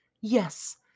Yes